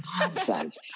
nonsense